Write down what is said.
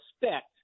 respect